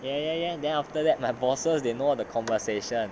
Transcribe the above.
ya ya ya then after that my bosses they know the conversation